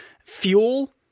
fuel